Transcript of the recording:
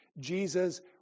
Jesus